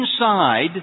inside